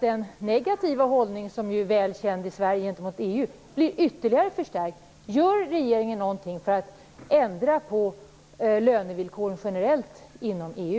Den negativa hållning gentemot EU som är välkänd i Sverige blir ytterligare förstärkt. Gör regeringen någonting för att ändra på lönevillkoren generellt inom EU?